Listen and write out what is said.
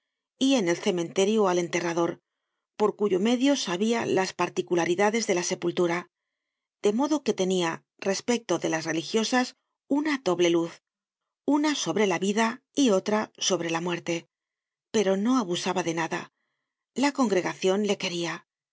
y en el cementerio al enterrador por cuyo medio sabia las particularidades de la sepultura de modo que tenia respecto de las religiosas una doble luz una sobre la vida y otra sobre la muerte pero no abusaba de nada la congregacion le queria